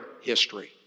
history